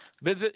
Visit